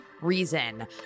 reason